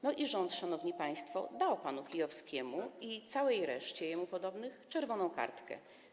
No i rząd, szanowni państwo, pokazał panu Kijowskiemu i całej reszcie jemu podobnych czerwoną kartkę.